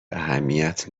اهمیت